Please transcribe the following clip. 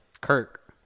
Kirk